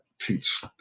teach